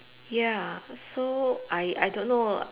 ya so I I don't know